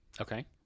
Okay